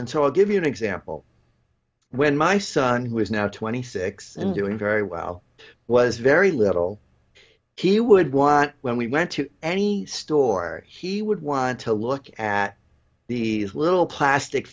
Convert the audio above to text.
so i'll give you an example when my son who is now twenty six and doing very well was very little he would want when we went to any store he would want to look at the little plastic